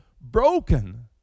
broken